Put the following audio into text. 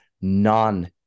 non